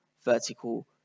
vertical